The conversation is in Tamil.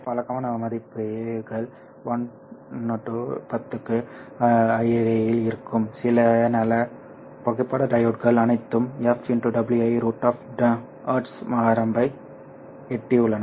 வழக்கமான மதிப்புகள் 1to10 க்கு இடையில் இருக்கும் சில நல்ல புகைப்பட டையோட்கள் அனைத்தும் fW¿√ Hz வரம்பை எட்டியுள்ளன